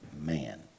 man